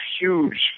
huge